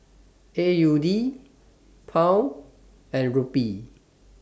A U D Pound and Rupee